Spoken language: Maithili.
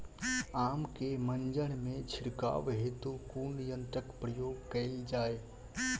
आम केँ मंजर मे छिड़काव हेतु कुन यंत्रक प्रयोग कैल जाय?